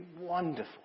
wonderful